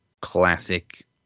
classic